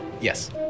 Yes